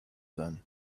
done